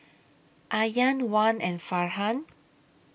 Aryan Wan and Farhan